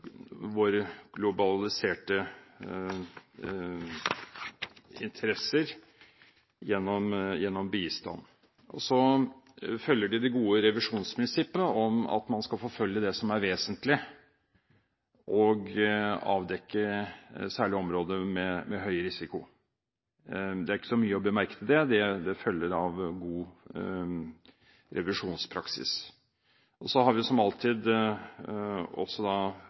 våre globaliserte interesser gjennom bistand. Så følger de det gode revisjonsprinsippet om at man skal forfølge det som er vesentlig, og særlig avdekke områder med høy risiko. Det er ikke så mye å bemerke til det, det følger av god revisjonspraksis. Så har vi som alltid også